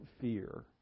fear